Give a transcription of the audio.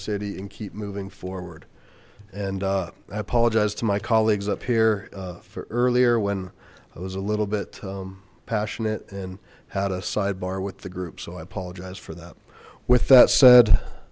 city and keep moving forward and i apologize to my colleagues up here for earlier when i was a little bit passionate and had a sidebar with the group so i apologize for that with that said